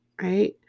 right